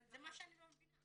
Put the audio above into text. זה מה שאני לא מבינה?